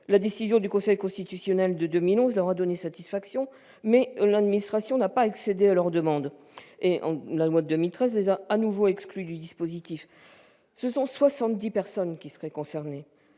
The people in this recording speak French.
Une décision du Conseil constitutionnel de 2011 leur a donné satisfaction, mais l'administration n'a pas accédé à leurs demandes et une loi de 2013 les a de nouveau exclus du dispositif. Environ 70 personnes seraient concernées,